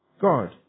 God